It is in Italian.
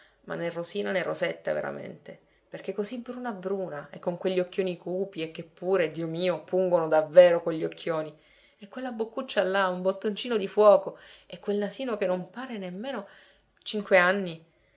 né rosina né rosetta veramente perché così bruna bruna e con quegli occhioni cupi e che pure dio mio pungono davvero quegli occhioni e quella boccuccia là un bottoncino di fuoco e quel nasino che non pare nemmeno cinque anni